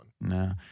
No